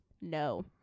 no